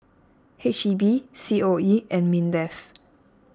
H E B C O E and Mindef